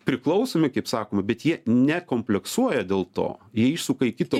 priklausomi kaip sakoma bet jie nekompleksuoja dėl to išsuka į kitą